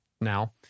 now